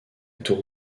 tour